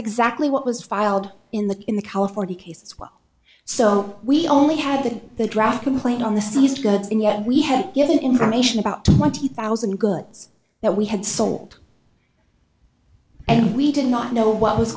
exactly what was filed in the in the california case as well so we only had the draft complaint on the seized goods and yet we had given information about twenty thousand goods that we had sold and we did not know what was